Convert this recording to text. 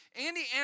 Andy